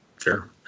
Sure